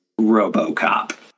Robocop